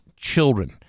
children